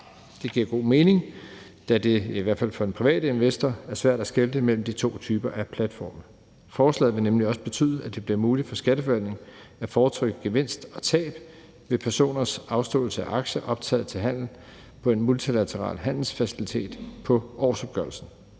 Det giver god mening, da det i hvert fald for den private investor er svært at skelne imellem de to typer af platforme. Forslaget vil nemlig også betyde, at det bliver muligt for skatteforvaltningen på årsopgørelsen at fortrykke gevinst og tab ved personers afståelse af aktier optaget til handel på en multilateral handelsfacilitet. Det sikrer